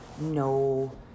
no